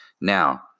Now